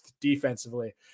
defensively